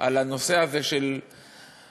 על הנושא של ההסתה,